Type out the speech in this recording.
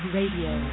Radio